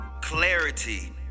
clarity